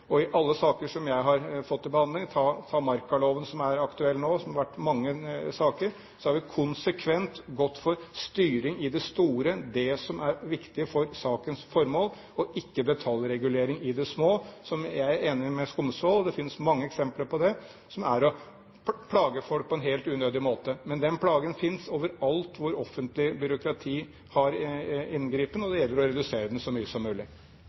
I alle saker som jeg har fått til behandling – f.eks. markaloven som er aktuell nå, der det har vært mange saker – har vi konsekvent gått inn for styring i det store, det som er viktig for sakens formål, og ikke detaljregulering i det små. Jeg er enig med Skumsvoll i at det finnes mange eksempler på det som er å plage folk på en helt unødig måte. Men den plagen finnes overalt hvor offentlig byråkrati har inngripen, og det gjelder å redusere den så mye som mulig.